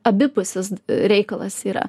abipusis reikalas yra